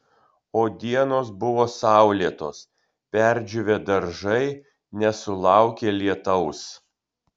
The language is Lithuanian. o dienos buvo saulėtos perdžiūvę daržai nesulaukė lietaus